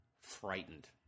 frightened